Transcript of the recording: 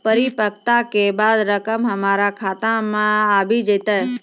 परिपक्वता के बाद रकम हमरा खाता मे आबी जेतै?